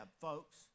folks